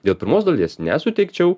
dėl pirmos dalies nesutikčiau